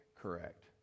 Correct